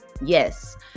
Yes